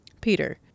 Peter